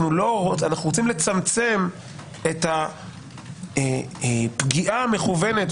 אנחנו רוצים לצמצם את הפגיעה המכוונת.